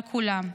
על כולם.